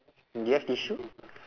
do you have tissue